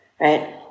right